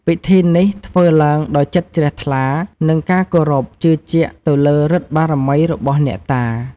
ពិធីនេះធ្វើឡើងដោយចិត្តជ្រះថ្លា និងការគោរពជឿជាក់ទៅលើឫទ្ធិបារមីរបស់អ្នកតា។